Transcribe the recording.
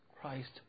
Christ